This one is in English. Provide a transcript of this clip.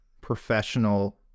professional